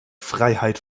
freiheit